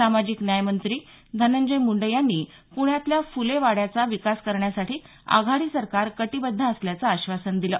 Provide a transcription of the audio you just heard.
सामाजिक न्याय मंत्री धनंजय मुंडे यांनी पुण्यातल्या फुले वाड्याचा विकास करण्यासाठी आघाडी सरकार कटिबद्ध असल्याचं आश्वासन दिलं